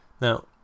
Now